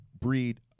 breed